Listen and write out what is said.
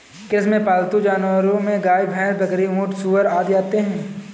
कृषि में पालतू जानवरो में गाय, भैंस, बकरी, ऊँट, सूअर आदि आते है